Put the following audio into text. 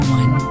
one